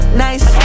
nice